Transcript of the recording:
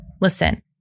listen